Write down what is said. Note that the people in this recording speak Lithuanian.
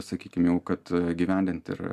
sakykim jau kad įgyvendint ir